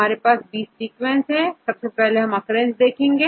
हमारे पास सीक्वेंस है सबसे पहले हम occurrence देखते हैं